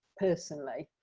personally.